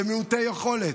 למעוטי יכולת.